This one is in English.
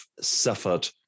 suffered